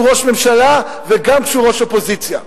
ראש ממשלה וגם כשהוא ראש אופוזיציה.